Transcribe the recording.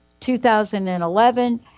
2011